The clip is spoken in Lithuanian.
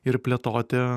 ir plėtoti